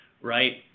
right